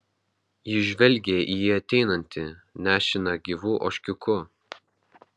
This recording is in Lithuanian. ji žvelgė į jį ateinantį nešiną gyvu ožkiuku